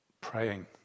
praying